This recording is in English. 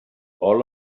all